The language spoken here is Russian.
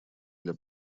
для